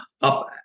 up